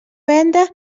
venda